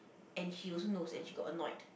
and she also knows and she got annoyed